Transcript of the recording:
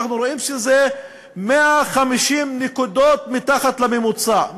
אנחנו רואים שזה 150 נקודות מתחת לממוצע.